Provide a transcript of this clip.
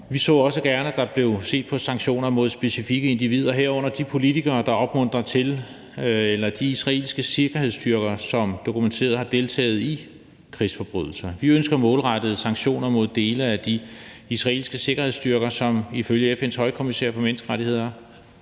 Vi så også gerne, at der blev set på sanktioner mod specifikke individer, herunder de politikere, der opmuntrer til eller de israelske sikkerhedsstyrker, som dokumenteret har deltaget i krigsforbrydelser. Vi ønsker målrettede sanktioner mod de dele af de israelske sikkerhedsstyrker, som ifølge FN's højkommissær for menneskerettigheder,